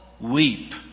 weep